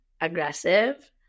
aggressive